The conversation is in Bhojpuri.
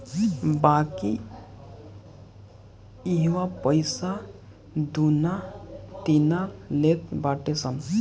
बाकी इहवा पईसा दूना तिना लेट बाटे सन